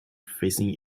facing